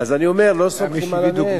אז אני אומר: לא סומכים על הנס.